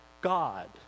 god